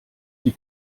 die